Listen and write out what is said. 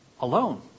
Alone